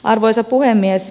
arvoisa puhemies